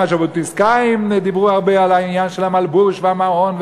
גם הז'בוטינסקאים דיברו הרבה על העניין של המלבוש והמעון,